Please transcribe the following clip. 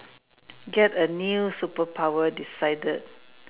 get a new superpower decided